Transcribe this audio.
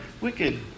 wicked